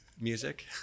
music